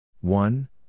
one